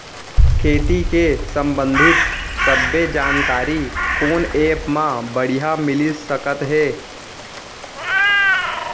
खेती के संबंधित सब्बे जानकारी कोन एप मा बढ़िया मिलिस सकत हे?